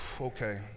Okay